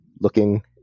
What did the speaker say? looking